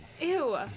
Ew